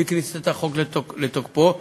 מכניסת החוק לתוקפו,